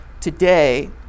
today